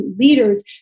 leaders